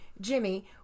Jimmy